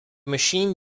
machine